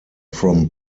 from